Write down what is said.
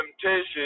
temptation